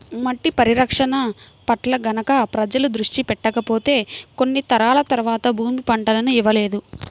మట్టి పరిరక్షణ పట్ల గనక ప్రజలు దృష్టి పెట్టకపోతే కొన్ని తరాల తర్వాత భూమి పంటలను ఇవ్వలేదు